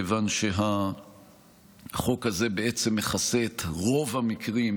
מכיוון שהחוק הזה בעצם מכסה את רוב המקרים,